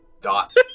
Dot